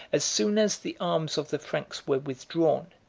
as soon as the arms of the franks were withdrawn,